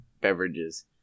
beverages